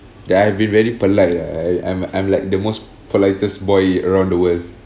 that I have been very polite ah and I'm I'm like the most politest boy around the world